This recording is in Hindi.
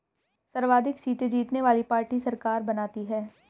सर्वाधिक सीटें जीतने वाली पार्टी सरकार बनाती है